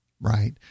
right